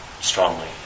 strongly